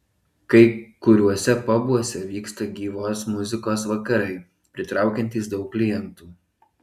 kai kuriuose pabuose vyksta gyvos muzikos vakarai pritraukiantys daug klientų